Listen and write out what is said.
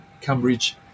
Cambridge